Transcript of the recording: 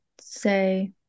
say